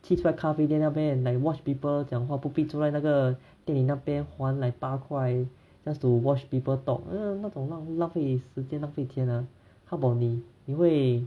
去坐在咖啡那边 like watch people 讲话不必坐在那个电影那边还 like 八块 just to watch people talk 那种浪费时间浪费钱啊 how about 你你会